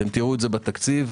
תראו את זה בתקציב.